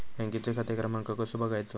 बँकेचो खाते क्रमांक कसो बगायचो?